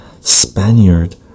Spaniard